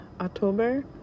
October